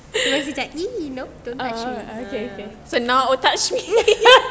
lepas tu cakap !ee! don't touch me